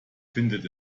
findet